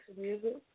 music